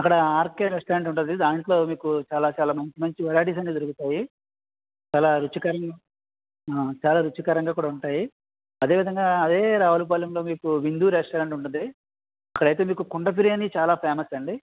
అక్కడ RK restaurant ఉంటుంది దాంట్లో మీకు చాలా చాలా మంచి మంచి వెరైటీస్ అన్నీ దొరుకుతాయి చాలా రుచికరంగా ఆ చాలా రుచికరంగా కూడా ఉంటాయి అదేవిధంగా అదే రావులపాలెం మీకు విందు రెస్టారెంట్ అని ఉంటుంది అక్కడ అయితే మీకు కుండ బిర్యాని చాలా ఫేమస్ అండి